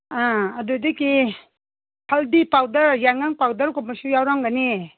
ꯑꯥ ꯑꯗꯨꯗꯒꯤ ꯍꯜꯗꯤ ꯄꯥꯎꯗꯔ ꯌꯥꯏꯉꯪ ꯄꯥꯎꯗꯔꯒꯨꯝꯕꯁꯨ ꯌꯥꯎꯔꯝꯒꯅꯤ